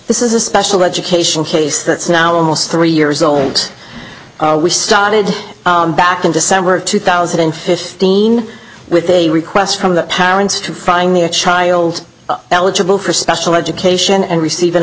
this is a special education case that's now almost three years old and we started back in december of two thousand and fifteen with a request from the parents to frying their child eligible for special education and receive an